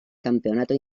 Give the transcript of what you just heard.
campeonato